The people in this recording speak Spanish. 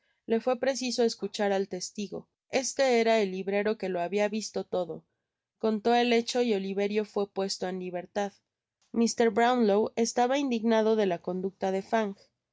le fué preciso escuchar al testigo este era el librero qne jo habia visto todo contó el hecho y oliverio fué puesto en libertad mr brownlow estala indignado de a conducta de fang quiso